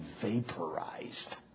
vaporized